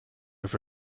have